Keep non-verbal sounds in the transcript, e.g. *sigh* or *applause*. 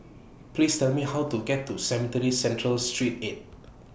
*noise* Please Tell Me How to get to Cemetry Central Street eight